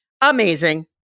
amazing